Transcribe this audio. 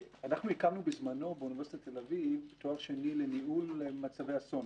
הקמנו באוניברסיטת תל אביב את הלימודים לתואר שני בניהול מצבי אסון.